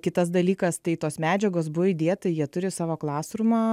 kitas dalykas tai tos medžiagos buvo įdėta jie turi savo klasrūmą